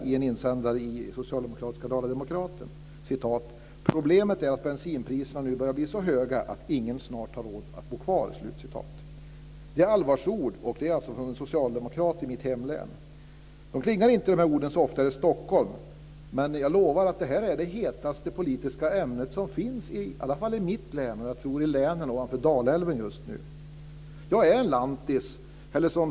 I en insändare i socialdemokratiska Dala-Demokraten säger han att problemet är att bensinpriserna börjar bli så höga att snart har ingen råd att bo kvar. Det är allvarsord från en socialdemokrat i mitt hemlän. Dessa ord klingar inte så ofta i Stockholm, men jag lovar att detta är det hetaste politiska ämnet i mitt län och i länen ovanför Dalälven. Jag är lantis!